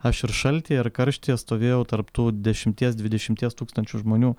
aš ir šaltyje ir karštyje stovėjau tarp tų dešimties dvidešimties tūkstančių žmonių